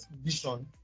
vision